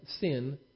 sin